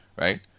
Right